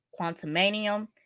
Quantumanium